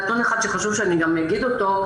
נתון חשוב שחשוב שאני אגיד אותו,